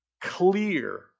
clear